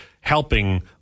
helping